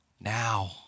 now